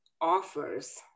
offers